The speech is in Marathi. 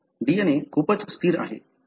तर DNA खूपच स्थिर आहे